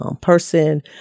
person